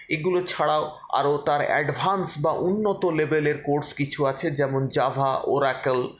এগুলো ছাড়াও আরও তার অ্যাডভান্স বা উন্নত লেভেলের কোর্স কিছু আছে যেমন জাভা ওরাকল্